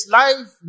life